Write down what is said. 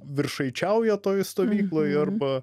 viršaičiauja toj stovykloj arba